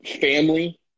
Family